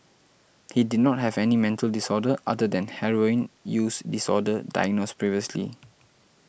he did not have any mental disorder other than heroin use disorder diagnosed previously